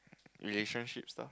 relationship stuff